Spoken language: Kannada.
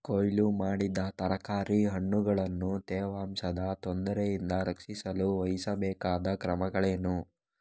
ಕೊಯ್ಲು ಮಾಡಿದ ತರಕಾರಿ ಹಣ್ಣುಗಳನ್ನು ತೇವಾಂಶದ ತೊಂದರೆಯಿಂದ ರಕ್ಷಿಸಲು ವಹಿಸಬೇಕಾದ ಕ್ರಮಗಳೇನು?